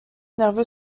nerveux